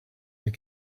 they